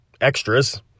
extras